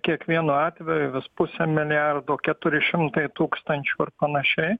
kiekvienu atveju vis pusę milijardo keturi šimtai tūkstančių ar panašiai